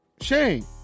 Shane